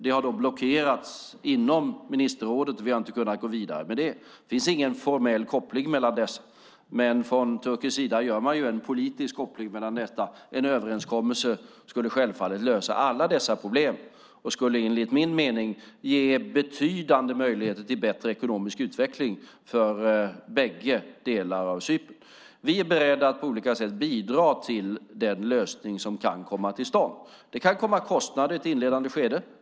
Detta har blockerats inom ministerrådet, och vi har inte kunnat gå vidare med det. Det finns ingen formell koppling mellan detta, men från turkisk sida gör man en politisk koppling mellan detta. En överenskommelse skulle självfallet lösa alla dessa problem och skulle enligt min mening ge betydande möjligheter till bättre ekonomisk utveckling för bägge delar av Cypern. Vi är beredda att på olika sätt bidra till den lösning som kan komma till stånd. Det kan komma att bli kostnader i ett inledande skede.